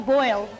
Boil